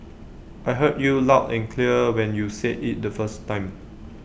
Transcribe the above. I heard you loud and clear when you said IT the first time